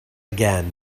again